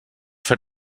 fer